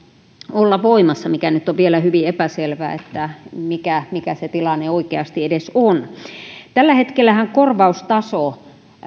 olla voimassa ja nyt on vielä hyvin epäselvää mikä mikä se tilanne oikeasti edes on tällä hetkellähän korvaustaso